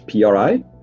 PRI